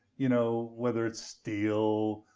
you know whether it's steel,